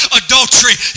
adultery